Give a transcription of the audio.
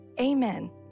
Amen